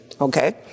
Okay